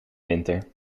winter